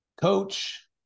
Coach